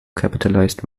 capitalized